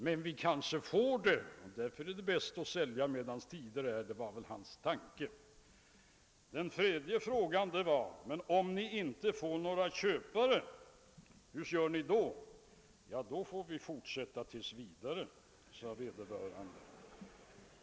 Men vi kanske får det och därför är det kanske bäst att sälja medan tid är — det senare var väl hans tanke. Den tredje frågan var: Men om ni inte får någon köpare, hur gör ni då? — Ja, då får vi fortsätta tills vidare.